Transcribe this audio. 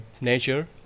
nature